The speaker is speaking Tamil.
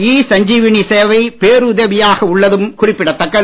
இ சஞ்சீவினி சேவை பேருதவியாக உள்ளதும் குறிப்பிடத்தக்கது